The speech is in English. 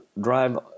drive